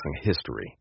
history